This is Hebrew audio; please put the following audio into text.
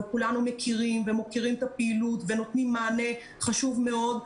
וכולנו מכירים ומוקירים את הפעילות ונותנים מענה חשוב מאוד.